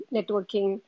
Networking